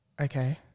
Okay